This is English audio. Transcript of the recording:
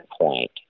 point